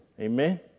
Amen